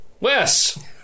Wes